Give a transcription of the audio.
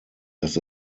dass